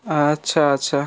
ଆଚ୍ଛା ଆଚ୍ଛା